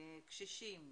לקשישים,